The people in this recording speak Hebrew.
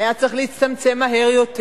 היה צריך להצטמצם מהר יותר,